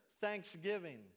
thanksgiving